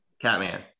Catman